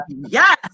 Yes